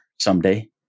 someday